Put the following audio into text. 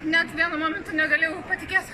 net vienu momentu negalėjau patikėti